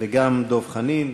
וגם דב חנין.